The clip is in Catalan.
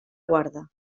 guarde